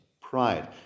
pride